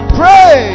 pray